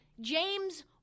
James